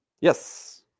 Yes